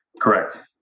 Correct